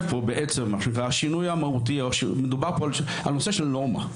השינוי המהותי, הנושא של נורמה,